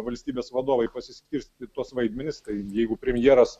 valstybės vadovai pasiskirstyti tuos vaidmenis taigi jeigu premjeras